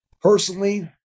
Personally